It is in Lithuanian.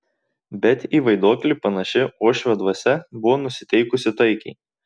bet į vaiduoklį panaši uošvio dvasia buvo nusiteikusi taikiai